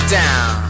down